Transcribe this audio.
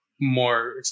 more